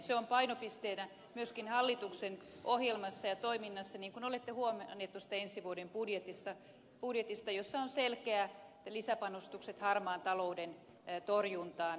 se on painopisteenä myöskin hallituksen ohjelmassa ja toiminnassa niin kuin olette huomanneet tuosta ensi vuoden budjetista jossa on selkeät lisäpanostukset harmaan talouden torjuntaan